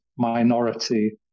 minority